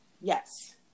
yes